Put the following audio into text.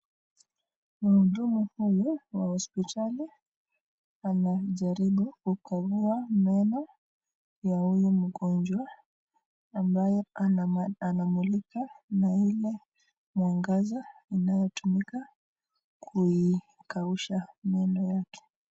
Muhudumu huyu wa hosipitali anajaribu kutoboa meno ya huyu mgonjwa ambaye anamulika n aile mwangaza inayotumika kuikausha meno yake.